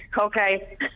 okay